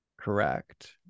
correct